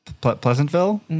Pleasantville